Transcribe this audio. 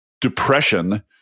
depression